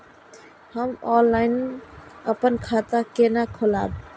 हम ऑनलाइन अपन खाता केना खोलाब?